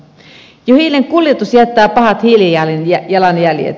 jo hiilen kuljetus jättää pahat hiilijalanjäljet